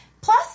Plus